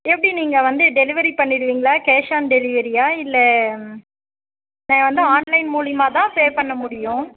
எப்படி நீங்கள் வந்து டெலிவரி பண்ணிடுவீங்களா கேஷ் ஆன் டெலிவரியா இல்லை நான் வந்து ஆன்லைன் மூலியமா தான் பே பண்ண முடியும்